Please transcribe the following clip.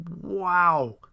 wow